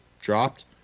dropped